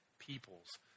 peoples